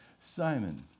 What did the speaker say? Simon